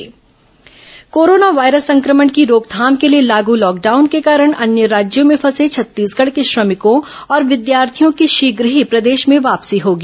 corona श्रमिक विद्यार्थी वापसी कोरोना वायरस संक्रमण की रोकथाम के लिए लागू लॉकडाउन के कारण अन्य राज्यों में फंसे छत्तीसगढ़ के श्रमिकों और विद्यार्थियों की शीघ ही प्रदेश में वापसी होगी